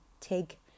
Take